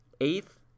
Eighth